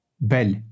bel